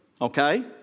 Okay